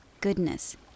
goodness